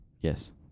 Yes